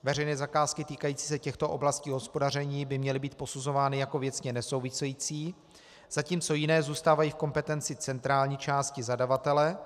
Veřejné zakázky týkající se těchto oblastí hospodaření by měly být posuzovány jako věcně nesouvisející, zatímco jiné zůstávají v kompetenci centrální části zadavatele.